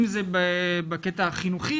אם זה בקטע החינוכי,